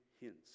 hints